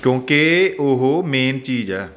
ਕਿਉਂਕਿ ਉਹ ਮੇਨ ਚੀਜ਼ ਹੈ